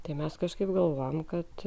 tai mes kažkaip galvojame kad